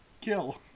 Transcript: kill